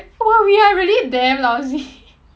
!wah! we are really damn lousy